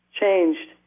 changed